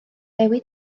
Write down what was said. dewi